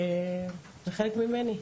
וזה חלק ממני.